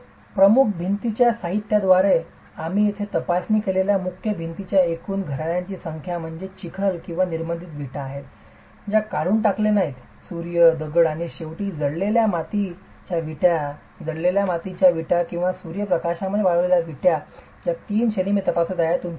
तर प्रमुख भिंतींच्या साहित्याद्वारे आणि येथे तपासणी केलेल्या मुख्य भिंतींच्या एकूण घराण्यांची संख्या म्हणजे चिखल किंवा निर्बंधित विटा आहेत ज्या काढून टाकले नाही सूर्य दगड आणि शेवटी जळलेल्या मातीच्या विटा ज्या तीन श्रेणी मी तपासत आहोत